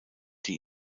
die